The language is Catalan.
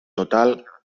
total